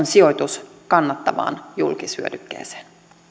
sijoitus kannattavaan julkishyödykkeeseen